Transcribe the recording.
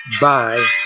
Bye